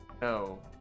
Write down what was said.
No